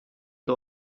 più